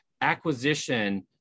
acquisition